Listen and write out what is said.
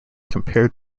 compared